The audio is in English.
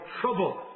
trouble